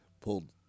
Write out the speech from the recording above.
pulled